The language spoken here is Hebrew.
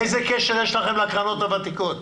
איזה קשר יש לכם לקרנות הוותיקות?